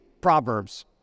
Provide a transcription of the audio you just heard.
Proverbs